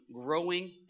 growing